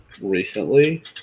recently